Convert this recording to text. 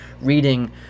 reading